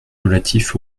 relatif